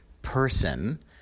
person